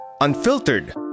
Unfiltered